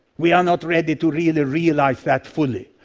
we are not ready to really realise that fully.